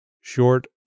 Short